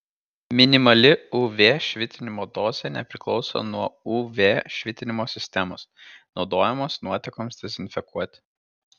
minimali uv švitinimo dozė nepriklauso nuo uv švitinimo sistemos naudojamos nuotekoms dezinfekuoti